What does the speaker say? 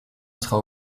sera